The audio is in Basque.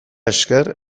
esker